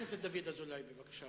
חבר הכנסת דוד אזולאי, בבקשה.